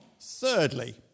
thirdly